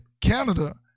Canada